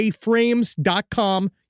frames.com